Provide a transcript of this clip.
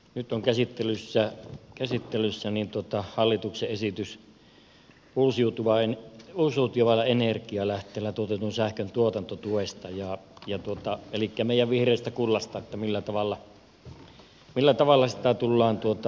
nyt on käsittelyssä hallituksen esitys uusiutuvilla energianlähteillä tuotetun sähkön tuotantotuesta ja jututtaa eli kemia viidestä elikkä siitä millä tavalla meidän vihreää kultaamme tullaan tulevaisuudessa käyttämään